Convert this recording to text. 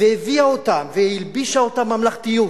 והביאה אותם והלבישה אותם ממלכתיות,